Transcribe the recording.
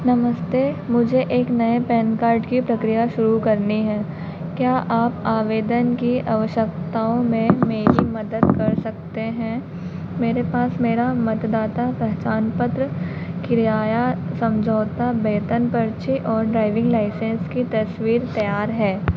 नमस्ते मुझे एक नए पैन कार्ड की प्रक्रिया शुरू करनी है क्या आप आवेदन की आवश्यकताओं में मेरी मदद कर सकते हैं मेरे पास मेरा मतदाता पहचान पत्र किराया समझौता वेतन पर्ची और ड्राइविंग लाइसेंस की तस्वीर तैयार है